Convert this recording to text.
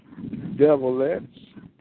Devilettes